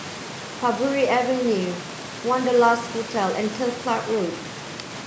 Parbury Avenue Wanderlust Hotel and Turf Club Road